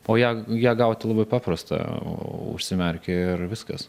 o ją ją gauti labai paprasta o užsimerki ir viskas